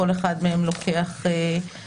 כל אחד מהם לוקח שבועות.